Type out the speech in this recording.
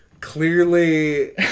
clearly